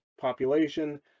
population